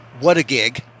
What-A-Gig